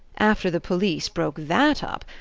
after the police broke that up,